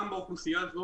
גם באוכלוסייה זו,